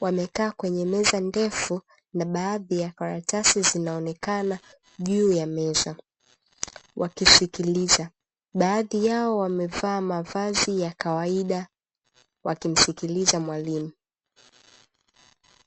wamekaa kwenye meza ndefu na baadhi ya karatasi zinaonekana juu ya meza wakisikiliza, baadhi yao wamevaa mavazi ya kawaida wakimsikiliza mwalimu.